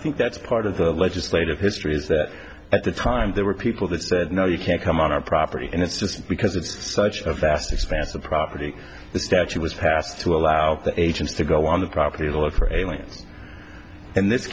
think that's part of the legislative history is that at the time there were people that said no you can't come on our property and it's just because it's such a vast expanse of property the statute was passed to allow agents to go on the property to look for aliens in this